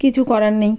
কিছু করার নেই